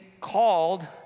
called